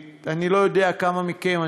אני לא יודע כמה מכם,